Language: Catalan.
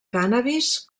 cànnabis